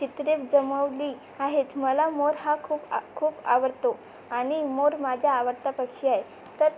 चित्रे जमवली आहेत मला मोर हा खूप खूप आवडतो आणि मोर माझा आवडता पक्षी आहे तर